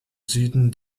süden